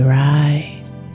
rise